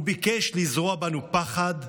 הוא ביקש לזרוע בנו פחד,